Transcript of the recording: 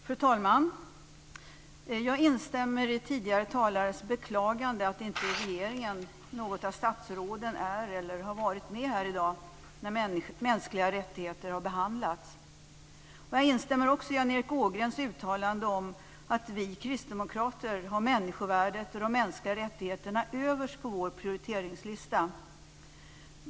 Fru talman! Jag instämmer i tidigare talares beklagande att inte regeringen, något av statsråden, är eller har varit med här i dag när mänskliga rättigheter har behandlas. Jag instämmer också i Jan-Erik Ågrens uttalande om att vi kristdemokrater har människovärdet och de mänskliga rättigheterna överst på vår prioriteringslista.